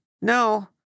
no